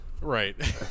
Right